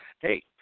Hey